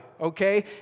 okay